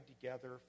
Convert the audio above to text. together